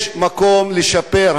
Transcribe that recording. יש מקום לשפר.